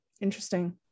interesting